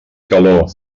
calor